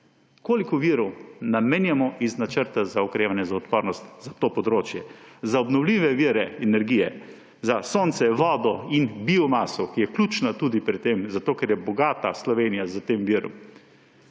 Koliko virov namenjamo iz Načrta za okrevanje in odpornost za to področje: za obnovljive vire energije, za sonce, vodo in biomaso, ki je ključna tudi pri tem, zato ker je bogata Slovenija s tem virom.